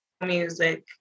music